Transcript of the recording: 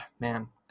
man